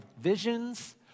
visions